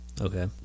Okay